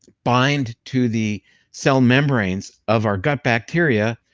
bind to the cell membranes of our gut bacteria,